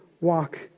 walk